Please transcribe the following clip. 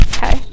Okay